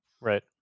Right